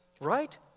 right